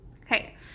okay